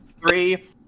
three